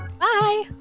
Bye